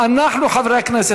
חברי הכנסת,